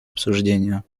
обсуждения